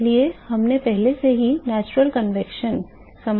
इसलिए हमने पहले ही प्राकृतिक संवहन समस्या को देखा है